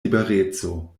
libereco